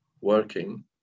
working